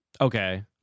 okay